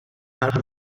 her